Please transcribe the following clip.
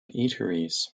eateries